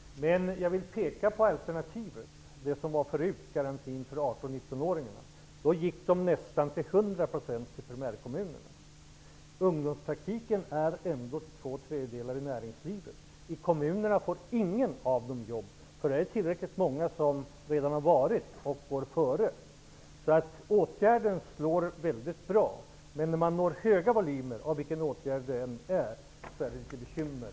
Men jag vill peka på det alternativ som fanns tidigare, nämligen garantin för 18--19-åringarna. Då gick de nästan till hundra procent till primärkommunerna. Ungdomspraktiken ligger ändå till två tredjedelar i näringslivet. I kommunerna får ingen av dem jobb. Där är det tillräckligt många som har arbetat tidigare och går före. Åtgärden slår därför väldigt bra. Men när man når höga volymer med vilken åtgärd det än är blir den till bekymmer.